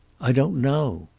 i don't know.